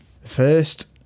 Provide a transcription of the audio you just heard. First